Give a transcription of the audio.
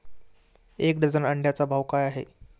एक डझन अंड्यांचा भाव काय आहे?